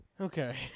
Okay